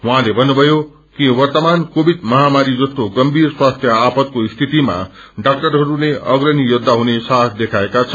उझँले भन्नुथयो कि वर्तमान कोविड महामारी जस्तो गम्पीर स्वास्थ्य आपातको स्थितिमा डाक्टरहरूले अग्रणी योद्धा हुने साहस देखाएका छन्